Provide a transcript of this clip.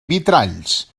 vitralls